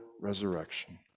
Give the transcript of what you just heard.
resurrection